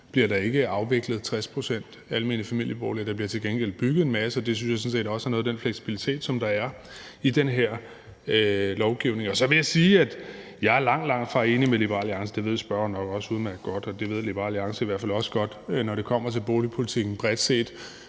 bliver der ikke afviklet 60 pct. almene familieboliger. Der bliver til gengæld bygget en masse, og det synes jeg sådan set også er noget af den fleksibilitet, som der er i den her lovgivning. Så vil jeg sige, at jeg langtfra er enig med Liberal Alliance – og det ved spørgeren nok udmærket godt, og det ved Liberal Alliance i hvert fald også godt – når det kommer til boligpolitikken bredt set.